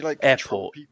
airport